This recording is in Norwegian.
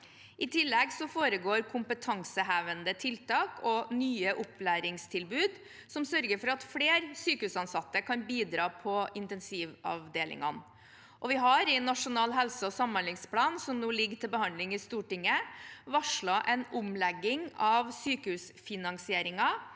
I tillegg foregår kompe tansehevende tiltak og nye opplæringstilbud som sørger for at flere sykehusansatte kan bidra på intensivavdelingene. Vi har i Nasjonal helse- og samhandlingsplan, som nå ligger til behandling i Stortinget, varslet en omlegging av sykehusfinansieringen